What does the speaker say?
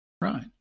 Right